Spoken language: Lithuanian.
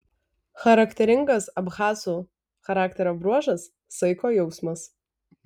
charakteringas abchazų charakterio bruožas saiko jausmas